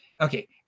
Okay